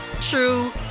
true